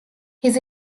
his